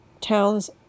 towns